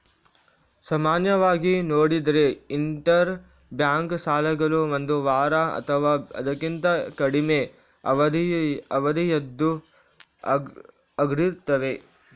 ಸಾಮಾನ್ಯವಾಗಿ ನೋಡಿದ್ರೆ inter bank ಸಾಲಗಳು ಒಂದು ವಾರ ಅಥವಾ ಅದಕ್ಕಿಂತ ಕಡಿಮೆ ಅವಧಿಯದ್ದು ಆಗಿರ್ತವೆ